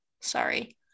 sorry